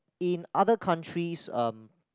in other countries um